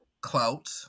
clout